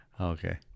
okay